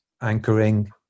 anchoring